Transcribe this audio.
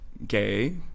gay